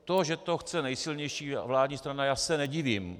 To, že to chce nejsilnější vládní strana já se nedivím.